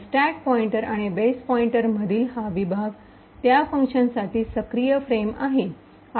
तर stack pointer आणि base pointer मधील हा विभाग त्या फंक्शनसाठी सक्रिय फ्रेम आहे